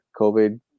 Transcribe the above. COVID